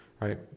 right